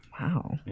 Wow